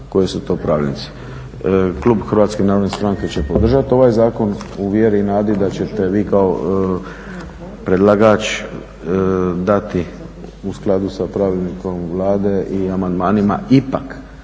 koji su to pravilnici. Klub HNS-a će podržati ovaj zakon u vjeri i nadi da ćete vi kao predlagač dati u skladu sa pravilnikom Vlade i amandmanima ipak